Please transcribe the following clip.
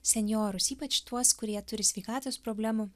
senjorus ypač tuos kurie turi sveikatos problemų